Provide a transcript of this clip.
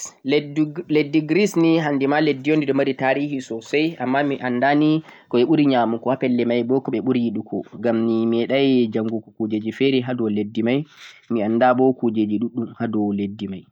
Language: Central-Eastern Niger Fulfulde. leddi grease ni hanndi ma leddi on di ɗo mari taarihi soosay, ammaaa ni mi annda ko ɓe ɓuri nyaamugo ha pelle may boo ko ɓe ɓuri yiɗugo ngam mi meeɗay njanngu kuujeeeji feere ha dow leddi may, mi anndabo kuujeeeji ɗuɗɗum ha dow leddi may.